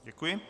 Děkuji.